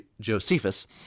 Josephus